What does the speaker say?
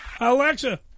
Alexa